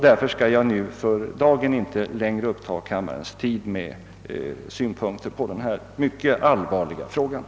Därför skall jag för dagen inte längre uppta kammarens tid med ytterligare synpunkter på dessa mycket allvarliga frågor.